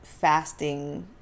fasting